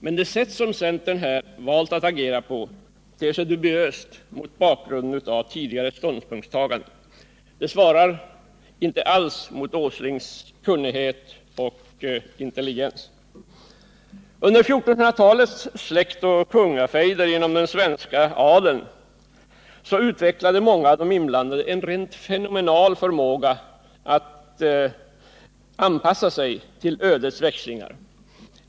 Men det sätt centern här har valt att agera på ter sig dubiöst mot bakgrund av tidigare ståndpunktstaganden. Det svarar inte alls mot Nils Åslings kunnighet och intelligens. Under 1400-talets släktoch kungafejder inom den svenska adeln utvecklade många av de inblandade en rent fenomenal förmåga att anpassa sig till ödets växlingar.